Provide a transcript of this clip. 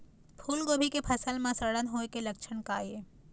फूलगोभी के फसल म सड़न होय के लक्षण का ये?